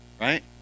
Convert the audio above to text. right